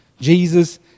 Jesus